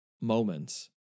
moments